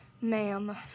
Ma'am